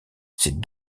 ses